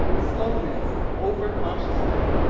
slowness, over-cautiousness,